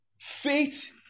faith